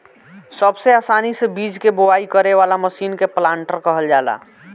सबसे आसानी से बीज के बोआई करे वाला मशीन के प्लांटर कहल जाला